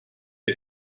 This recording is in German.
der